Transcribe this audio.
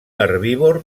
herbívor